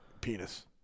penis